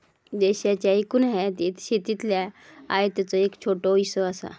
देशाच्या एकूण आयातीत शेतीतल्या आयातीचो एक छोटो हिस्सो असा